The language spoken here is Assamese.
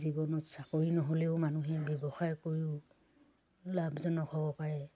জীৱনত চাকৰি নহ'লেও মানুহে ব্যৱসায় কৰিও লাভজনক হ'ব পাৰে